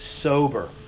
sober